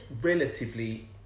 relatively